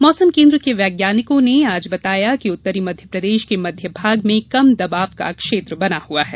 मौसम केंद्र के वैज्ञानिकों ने आज बताया कि उत्तरी मध्यप्रदेश के मध्य भाग में कम दबाव का क्षेत्र बना हुआ है